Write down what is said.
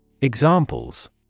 Examples